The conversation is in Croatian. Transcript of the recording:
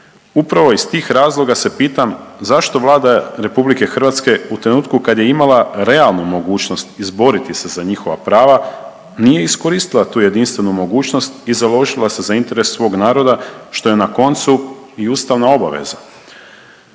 Upravo iz tih razloga se pitam zašto Vlada RH u trenutku kad je imala realnu mogućnost izboriti se za njihova prava nije iskoristila tu jedinstvenu mogućnost i založila se za interes svog naroda što je na koncu i ustavna obaveza.